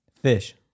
Fish